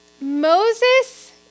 Moses